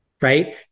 right